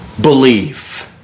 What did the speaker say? Believe